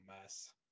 mess